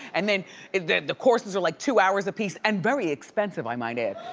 and then the courses are like two hours a piece and very expensive, i might add.